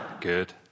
Good